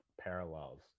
parallels